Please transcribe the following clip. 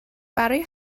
برای